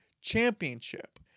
championship